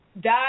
die